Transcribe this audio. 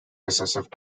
recessive